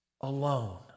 alone